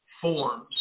forms